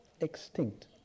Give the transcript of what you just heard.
Extinct